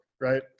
right